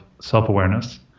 self-awareness